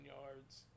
yards